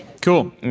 cool